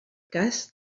cas